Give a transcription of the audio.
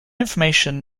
information